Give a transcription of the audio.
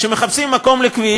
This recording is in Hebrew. כשמחפשים מקום לכביש,